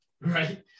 right